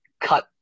cut